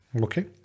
Okay